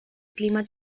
clima